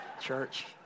church